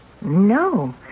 No